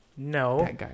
No